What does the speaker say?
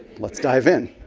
let's dive in.